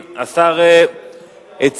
זה לא מה שהשר אמר.